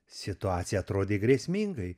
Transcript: situacija atrodė grėsmingai